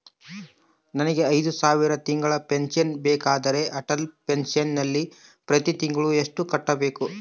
ನನಗೆ ಐದು ಸಾವಿರ ತಿಂಗಳ ಪೆನ್ಶನ್ ಬೇಕಾದರೆ ಅಟಲ್ ಪೆನ್ಶನ್ ನಲ್ಲಿ ಪ್ರತಿ ತಿಂಗಳು ಎಷ್ಟು ಕಟ್ಟಬೇಕು?